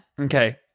Okay